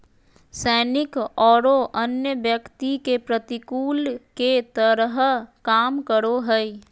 सैनिक औरो अन्य व्यक्ति के प्रतिकूल के तरह काम करो हइ